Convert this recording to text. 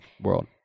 world